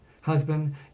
Husband